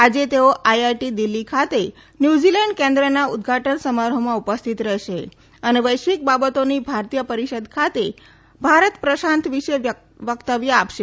આજે તેઓ આઈઆઈટી દિલ્ફી ખાતે ન્યૂઝીલેન્ડ કેન્દ્રના ઉદ્વાટન સમારોફમાં ઉપસ્થિત રહેશે અને વૈશ્વિક બાબતોની ભારતીય પરિષદ ખાતે ભારત પ્રશાંત વિશે વક્તવ્ય આપશે